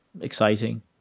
exciting